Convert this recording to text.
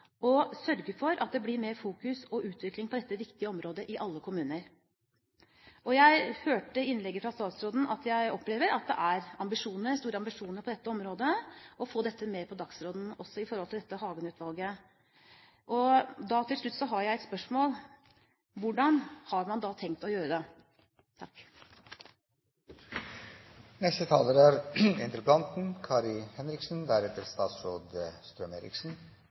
og sørge for at det blir mer fokus, og utvikling, på dette viktige området i alle kommuner. Jeg hørte i innlegget fra statsråden det jeg opplever som store ambisjoner på dette området: å få det som Hagen-utvalget omhandler, med på dagsordenen. Til slutt har jeg et spørsmål: Hvordan har man da tenkt å gjøre det?